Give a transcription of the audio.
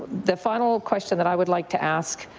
the final question that i would like to ask,